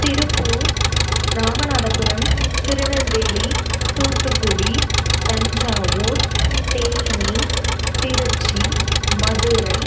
Tiruppur Ramanathapuram Tirunelveli Thoothukudi Thanjavur Theni Tiruchi Madurai